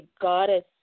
goddess